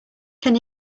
can